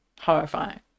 horrifying